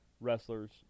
wrestlers